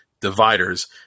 dividers